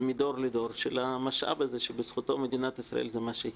מדור לדור של המשאב הזה שבזכותו מדינת ישראל היא מה שהיא.